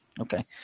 okay